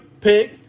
Pick